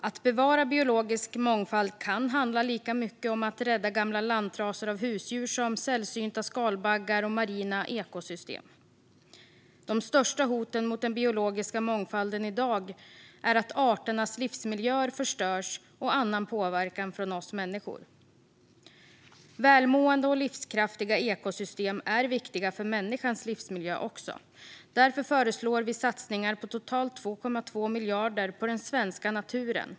Att bevara biologisk mångfald kan handla lika mycket om att rädda gamla lantraser av husdjur som att rädda sällsynta skalbaggar och marina ekosystem. De största hoten mot den biologiska mångfalden i dag är att arternas livsmiljöer förstörs och annan påverkan från oss människor. Välmående och livskraftiga ekosystem är också viktiga för människans livsmiljö. Därför föreslår vi satsningar på totalt 2,2 miljarder på den svenska naturen.